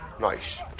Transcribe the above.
nice